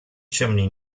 chimney